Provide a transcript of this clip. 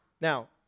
now